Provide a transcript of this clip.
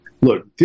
look